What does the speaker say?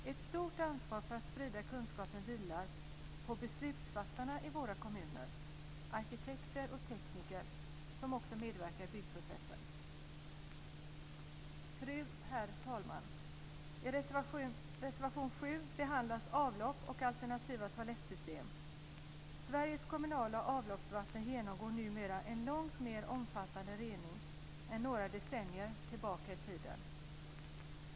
Ett stort ansvar för att sprida kunskap vidare vilar på beslutsfattare i våra kommuner, arkitekter och tekniker som också medverkar i byggprocessen. Fru talman! I reservation nr 7 behandlas avlopp och alternativa toalettsystem. Sveriges kommunala avloppsvatten genomgår numera en långt mer omfattande rening än för några decennier tillbaka i tiden.